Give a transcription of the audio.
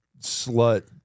slut